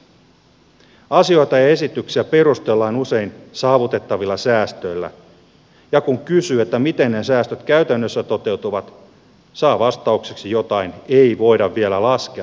asioita ja esityksiä perustellaan usein saavutettavilla säästöillä ja kun kysyy miten ne säästöt käytännössä toteutuvat saa vastaukseksi jotain ei voida vielä laskea tai osoittaa